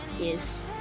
Yes